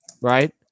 right